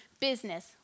Business